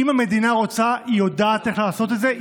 אם המדינה רוצה, היא יודעת איך לעשות את זה.